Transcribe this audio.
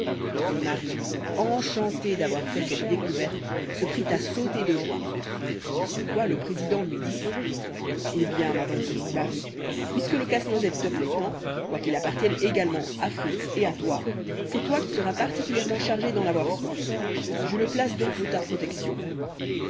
et marie enchantée d'avoir fait cette découverte se prit à sauter de joie sur quoi le président lui dit eh bien ma bonne petite marie puisque le casse-noisette te plaît tant quoiqu'il appartienne également à fritz et à toi c'est toi qui seras particulièrement chargée d'en avoir soin je le place donc sous la protection